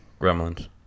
gremlins